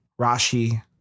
Rashi